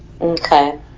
Okay